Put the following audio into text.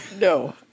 No